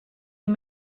een